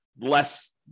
less